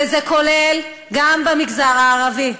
וזה כולל גם במגזר הערבי.